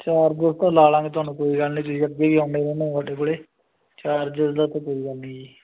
charges ਤਾਂ ਲਾ ਲਵਾਂਗੇ ਤੁਹਾਨੂੰ ਕੋਈ ਗੱਲ ਨਹੀਂ ਤੁਸੀਂ ਅੱਗੇ ਵੀ ਆਉਂਦੇ ਰਹਿੰਦੇ ਸਾਡੇ ਕੋਲ ਚਾਰਜਿਸ ਦਾ ਤਾਂ ਕੋਈ ਗੱਲ ਨਹੀਂ ਜੀ